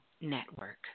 network